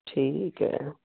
ਠੀਕ ਹੈ